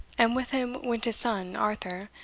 and with him went his son, arthur,